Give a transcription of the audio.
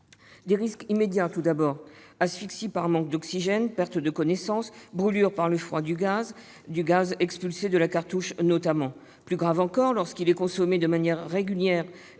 des risques immédiats tout d'abord : asphyxie par manque d'oxygène, perte de connaissance, brûlures par le froid du gaz expulsé de la cartouche, notamment. Plus grave encore, lorsqu'il est consommé de manière régulière